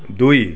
দুই